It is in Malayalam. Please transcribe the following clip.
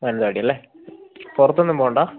മാനന്തവാടിയല്ലെ പുറത്തൊന്നും പോവണ്ട